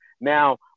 Now